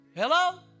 Hello